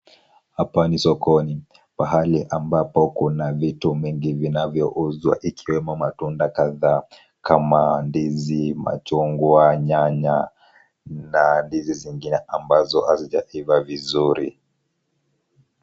Hapa ni sokoni, pahali ambapo kuna vitu mingi vinavyouzwa ikiwemo matunda kadhaa kama ndizi, machungwa, nyanya na ndizi zingine ambazo hazijaiva vizuri.